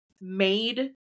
made